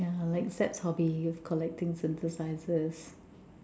ya like Seb's hobby of collecting synthesizers